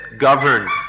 governed